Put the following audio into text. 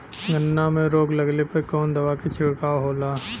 गन्ना में रोग लगले पर कवन दवा के छिड़काव होला?